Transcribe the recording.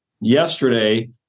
yesterday